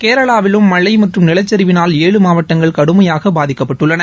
கேரளாவிலும் மழை மற்றும் நிலச்சரிவினால் ஏழு மாவட்டங்கள் கடுமையாக பாதிக்கப்பட்டுள்ளன